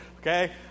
okay